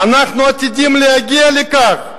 "אנחנו עתידים להגיע לכך,